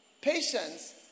Patience